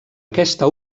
aquesta